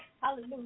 hallelujah